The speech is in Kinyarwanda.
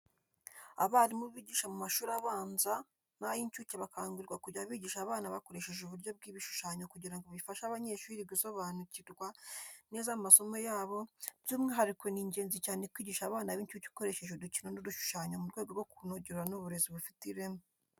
Abarimu bigisha mu mashuri abanza n'ay'incuke bakangurirwa kujya bigisha abana bakoresheje uburyo bw'ibishushanyo kugira ngo bifashe abanyeshuri gusobanukirwa neza amasomo yabo, by'umwihariko ni ingenzi cyane kwigisha abana b'incuke ukoresheje udukino n'udushushanyo mu rwego rwo kunogerwa n'uburezi bufite ireme.